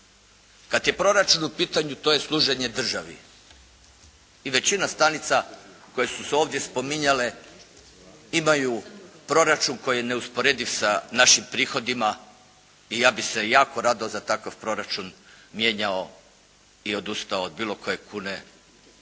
Kad je proračun u pitanju to je služenje državi. I većina stanica koje su se ovdje spominjale imaju proračun koji je neusporediv sa našim prihodima i ja bih se jako rado za takav proračun mijenjao i odustao od bilo koje kune